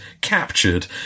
captured